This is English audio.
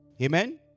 Amen